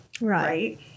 right